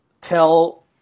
tell